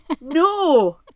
No